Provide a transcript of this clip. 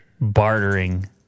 Bartering